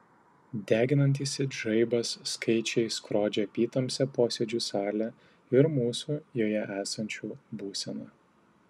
deginantys it žaibas skaičiai skrodžia apytamsę posėdžių salę ir mūsų joje esančių būseną